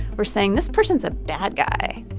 we're saying, this person's a bad guy,